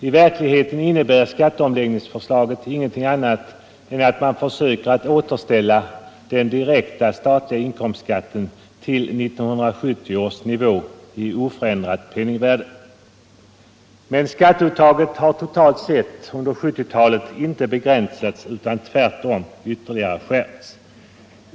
I verkligheten innebär skatteomläggningsförslaget ingenting annat än att man försöker återställa den direkta statliga inkomstskatten till 1970 års nivå i oförändrat penningvärde. Men skatteuttaget har totalt sett under 1970-talet inte begränsats utan tvärtom ytterligare skärpts.